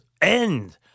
end